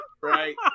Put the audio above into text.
Right